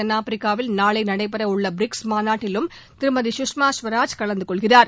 தென்னாப்பிரிக்காவில் நாளை நடைபெற உள்ள பிரிக்ஸ் மாநாட்டிலும் திருமதி சுஷ்மா ஸ்வராஜ் கலந்துகொள்கிறார்